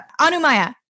Anumaya